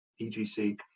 EGC